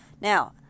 Now